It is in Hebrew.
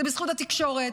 זה בזכות התקשורת,